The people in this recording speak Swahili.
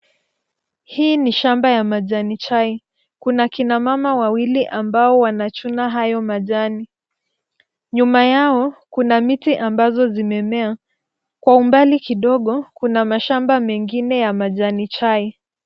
Hii ni shamba ya majani chai. Kuna kina mama wawili ambao wanachuna hayo majani. Nyuma yao kuna miti ambazo zimemea. Kwa umbali kidogo, kuna mashamba mengine ya majani chai.